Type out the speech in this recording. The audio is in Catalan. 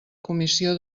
comissió